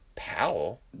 Powell